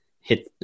hit